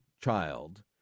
child